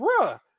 bruh